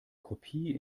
kopie